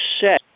set